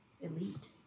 elite